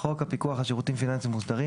"חוק הפיקוח על שירותים פיננסיים מוסדרים"